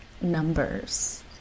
numbers